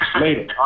Later